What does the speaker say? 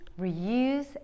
Reuse